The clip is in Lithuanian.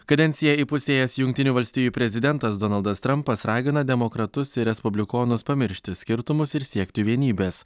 kadenciją įpusėjęs jungtinių valstijų prezidentas donaldas trampas ragina demokratus ir respublikonus pamiršti skirtumus ir siekti vienybės